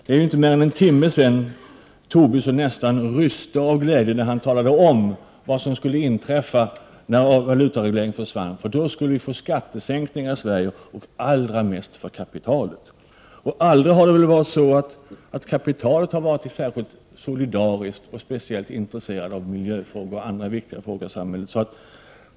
Det är ju inte mer än en timme sedan Lars Tobisson nästan ryste av glädje när han talade om vad som skulle inträffa när valutaregleringen försvann. Då skulle vi få skattesänkningar i Sverige, och allra mest för kapitalet. Aldrig har väl kapitalet varit särskilt solidariskt och särskilt intresserat av miljöfrågor och andra viktiga frågor i samhället.